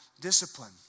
discipline